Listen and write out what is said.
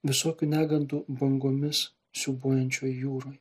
visokių negandų bangomis siūbuojančioj jūroj